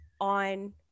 on